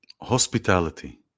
hospitality